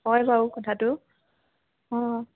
হয় বাৰু কথাটো অঁ